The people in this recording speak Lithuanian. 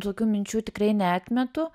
tokių minčių tikrai neatmetu